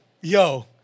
Yo